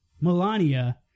Melania